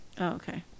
Okay